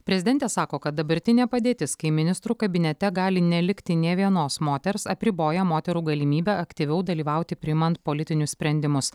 prezidentė sako kad dabartinė padėtis kai ministrų kabinete gali nelikti nė vienos moters apriboja moterų galimybę aktyviau dalyvauti priimant politinius sprendimus